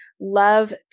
Love